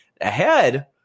Ahead